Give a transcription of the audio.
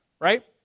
Right